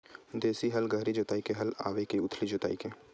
देशी हल गहरी जोताई के हल आवे के उथली जोताई के?